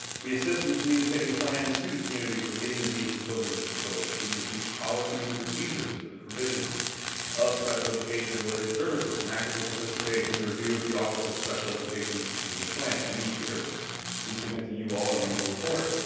we assist in communicating plans to the community for meeting the needs of children with disabilities. we review policies and procedures for the provisions of special education related services and actively participate in and the review of the office of special education's annual plan. and each year we submit to you all an annual report.